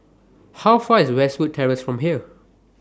How Far away IS Westwood Terrace from here